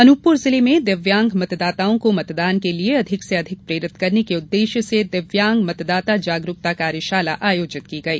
अनूपपुर जिले में दिव्यांग मतदाताओं को मतदान के लिये अधिक से अधिक प्रेरित करने के उद्वेश्य से दिव्यांग मतदाता जागरूकता कार्यशाला आयोजित की गई